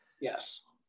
Yes